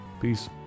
Peace